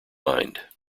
mind